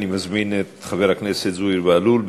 אני מזמין את חבר הכנסת זוהיר בהלול.